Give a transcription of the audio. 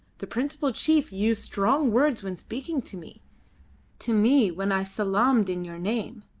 the principal chief used strong words when speaking to me to me when i salaamed in your name.